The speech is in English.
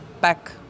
back